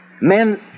Men